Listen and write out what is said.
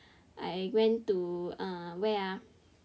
I went to ah where ah